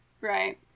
right